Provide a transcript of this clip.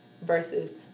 versus